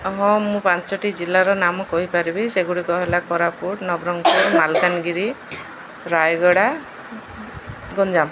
ହଁ ମୁଁ ପାଞ୍ଚଟି ଜିଲ୍ଲାର ନାମ କହିପାରିବି ସେଗୁଡ଼ିକ ହେଲା କୋରାପୁଟ ନବରଙ୍ଗପୁର ମାଲକାନଗିରି ରାୟଗଡ଼ା ଗଞ୍ଜାମ